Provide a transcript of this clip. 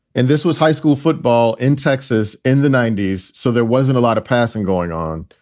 and this was high school football in texas in the ninety s. so there wasn't a lot of passing going on.